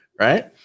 Right